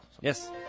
yes